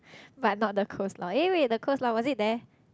but not the coleslaw eh wait the coleslaw was it there